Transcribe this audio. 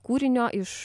kūrinio iš